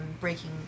breaking